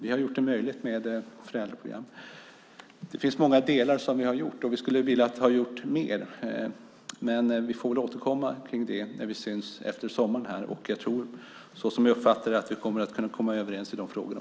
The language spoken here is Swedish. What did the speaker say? Vi har gjort det möjligt med föräldraprogram. Vi har gjort mycket. Vi hade velat göra mer, men vi får återkomma till det när vi syns efter sommaren. Jag tror att vi kan komma överens i de här frågorna.